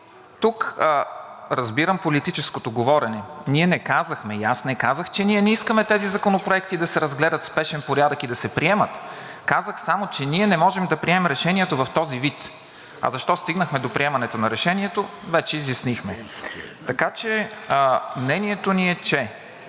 тук, разбирам политическото говорене, ние не казахме и аз не казах, че ние не искаме тези законопроекти да се разгледат в спешен порядък и да се приемат. Казах само, че ние не можем да приемем решението в този вид, а защо стигнахме до приемането на решението, вече изяснихме. Така че мнението ни е, че